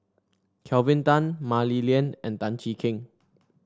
Kelvin Tan Mah Li Lian and Tan Cheng Kee